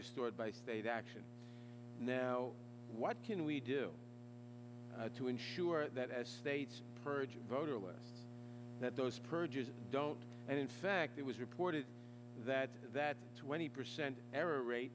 restored by state action now what can we do to ensure that as states purge voter lists that those purges don't and in fact it was reported that that twenty percent error rate